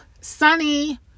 Sunny